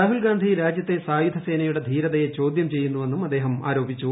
രാഹുൽ ഗാന്ധി രാജൃത്തെ സായുധർ സേനയുടെ ധീരതയെ ചോദ്യം ചെയ്യുന്നുവെന്നും അദ്ദേഹൃൃൃ ആ്രോപിച്ചു